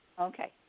okay